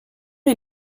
ils